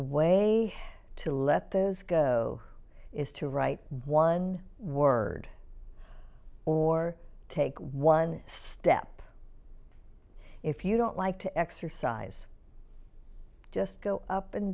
way to let those go is to write one word or take one step if you don't like to exercise just go up and